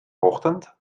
ochtend